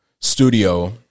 studio